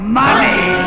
money